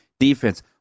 defense